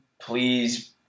please